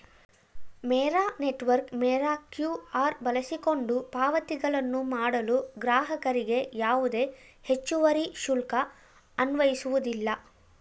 ಮೇರಾ network ಮೇರಾ QR ಬಳಸಿಕೊಂಡು ಪಾವತಿಗಳನ್ನು ಮಾಡಲು ಗ್ರಾಹಕರಿಗೆ ಯಾವುದೇ ಹೆಚ್ಚುವರಿ ಶುಲ್ಕ ಅನ್ವಯಿಸುವುದಿಲ್ಲ